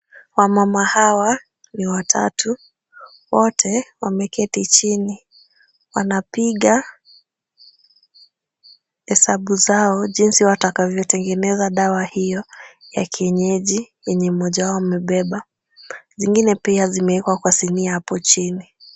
Wamama hawa ni watatu. Wote wameketi chini, wanapiga hesabu zao jinsi watakavyotengeneza dawa hiyo ya kienyeji, yenye mmoja wao amebeba. Zingine pia zimewekwa kwa sinia hapo chini.